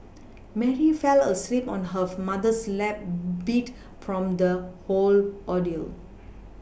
Mary fell asleep on her mother's lap beat from the whole ordeal